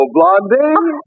Blondie